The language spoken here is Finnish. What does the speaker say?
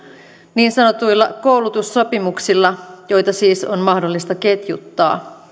niin sanotuilla koulutussopimuksilla joita siis on mahdollista ketjuttaa